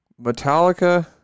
Metallica